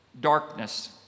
darkness